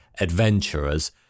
adventurers